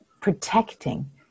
protecting